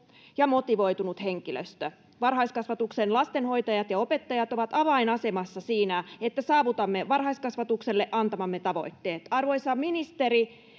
ja motivoitunut henkilöstö varhaiskasvatuksen lastenhoitajat ja opettajat ovat avainasemassa siinä että saavutamme varhaiskasvatukselle antamamme tavoitteet arvoisa ministeri